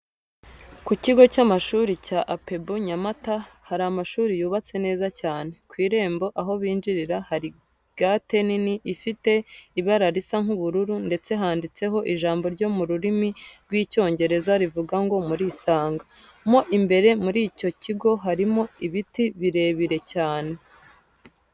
Ku kigo cy'amashuri cya APEBU Nyamata hari amashuri yubatse neza cyane. Ku irembo aho binjirira hari gate nini ifite ibara risa nk'ubururu ndetse handitseho ijambo ryo mu rurimi rw'Icyongereza rivuga ngo murisanga. Mo imbere muri icyo kigo harimo ibiti birebire cyane.